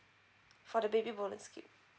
for the baby bonus scheme